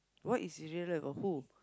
what is his real life or who